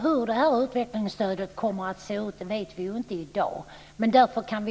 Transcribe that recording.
Fru talman! Hur utvecklingsstödet kommer att se ut vet vi ju inte i dag. Därför tycker vi